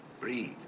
Breathe